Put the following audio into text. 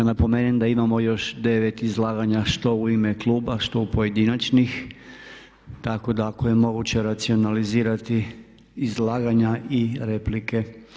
Da napomenem da imamo još 9 izlaganja što u ime kluba, što pojedinačnih, tako da ako je moguće racionalizirati izlaganja i replike.